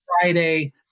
Friday